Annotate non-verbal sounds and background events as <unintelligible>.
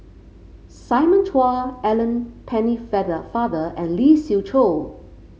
Simon Chua Alice Penne <unintelligible> father and Lee Siew Choh